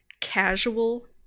casual